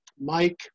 Mike